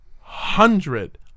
hundred